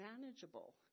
manageable